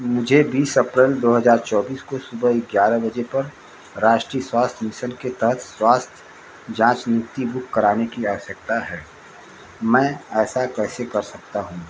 मुझे बीस अप्रैल दो हज़ार चौबीस को सुबह ग्यारह बजे पर राष्ट्रीय स्वास्थ्य मिसन के तहत स्वास्थ्य जाँच नियुक्ति बुक कराने की आवश्यकता है मैं ऐसा कैसे कर सकता हूँ